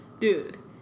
dude